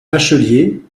bachelier